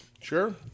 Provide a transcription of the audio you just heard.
Sure